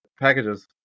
packages